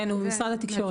כן, הוא ממשרד התקשורת.